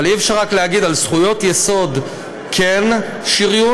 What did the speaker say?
אבל אי-אפשר להגיד: על זכויות יסוד כן שריון,